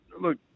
look